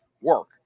work